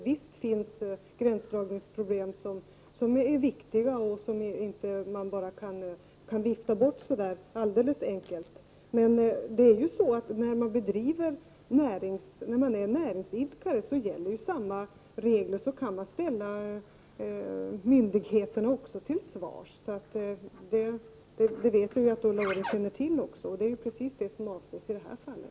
Visst finns det gränsdragningsproblem som är viktiga och som man inte kan vifta bort så alldeles enkelt. Men för näringsidkare gäller ju samma regler, och man kan också ställa myndigheterna till svars — det känner Ulla Orring till. Och det är ju precis det som avses i det här fallet.